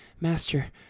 master